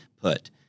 put